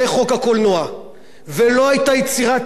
ולא היתה יצירה תיאטרלית בישראל לולא